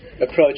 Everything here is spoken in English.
approach